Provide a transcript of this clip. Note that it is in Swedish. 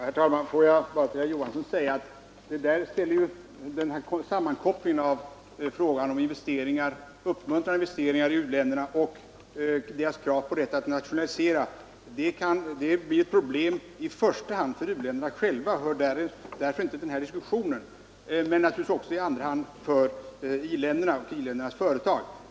Herr talman! Låt mig bara till herr Olof Johansson i Stockholm säga att sammankopplingen av uppmuntrandet av investeringar i u-länderna och u-ländernas krav på rätt att nationalisera är ett problem i första hand för u-länderna själva, och endast i andra hand för industriländerna och industriländernas företag. Därför hör den saken inte till den här diskussionen.